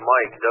Mike